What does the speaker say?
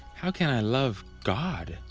how can i love god?